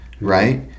right